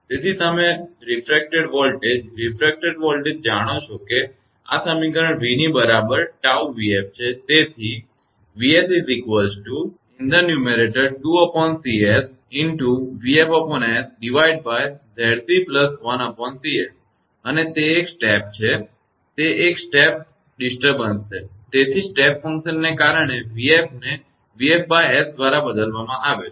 તેથી તમે refracted voltage refracted voltage જાણો છો કે આ સમીકરણ v ની બરાબર 𝜏𝑣𝑓 છે તેથી અને તે એક સ્ટેપ છે તે એક સ્ટેપ વિક્ષેપ છે તેથી જ સ્ટેપ ફંકશનને કારણે 𝑣𝑓 ને 𝑣𝑓𝑆 દ્રારા બદલવામાં આવે છે